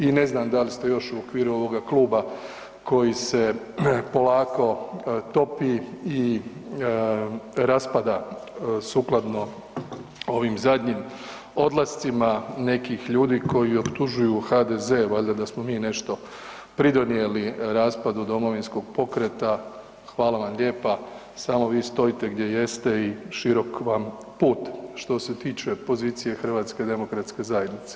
I ne znam da li ste još u okviru ovoga kluba koji se polako topi i raspada sukladno ovim zadnjim odlascima nekih ljudi koji optužuju HDZ valjda da smo mi nešto pridonijeli raspadu Domovinskog pokreta, hvala vam lijepa, samo vi stojite gdje jeste i široki vam put, što se tiče pozicije HDZ-a.